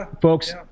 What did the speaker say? Folks